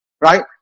right